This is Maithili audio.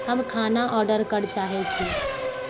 हम खाना ऑर्डर करए चाहैत छी